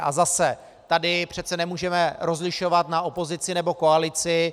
A zase tady přece nemůžeme rozlišovat na opozici nebo koalici.